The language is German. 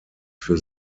für